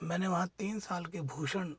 मैंने वहाँ तीन साल के भूषण